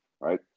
Right